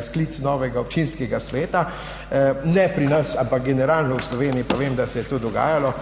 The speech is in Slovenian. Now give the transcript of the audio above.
sklic novega občinskega sveta. Ne pri nas, ampak generalno v Sloveniji pa vem, da se je to dogajalo.